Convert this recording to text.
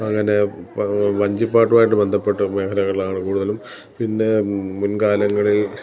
അങ്ങനെ വഞ്ചിപ്പാട്ടുവായിട്ട് ബന്ധപ്പെട്ട് മേഖലകളാണ് കൂടുതലും പിന്നെ മുൻകാലങ്ങളിൽ